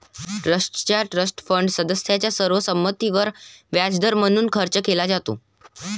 ट्रस्टचा trust fund सदस्यांच्या सर्व संमतीवर व्याजदर म्हणून खर्च केला जातो